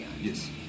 Yes